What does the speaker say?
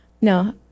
No